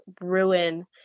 ruin